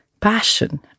passion